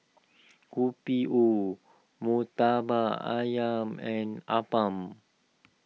Kopi O Murtabak Ayam and Appam